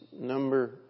number